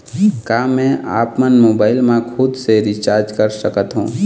का मैं आपमन मोबाइल मा खुद से रिचार्ज कर सकथों?